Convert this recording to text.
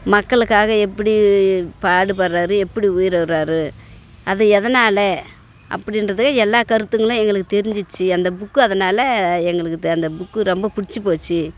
மக்களுக்காக எப்படி பாடுபடுறாரு எப்படி உயிரை விடுறாரு அது எதனால் அப்படின்றது எல்லா கருத்துக்களும் எங்களுக்குத் தெரிஞ்சிச்சு அந்த புக்கு அதனால் எங்களுக்கு த அந்த புக்கு ரொம்ப பிடிச்சு போச்சு